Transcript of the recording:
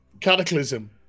Cataclysm